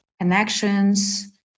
connections